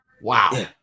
wow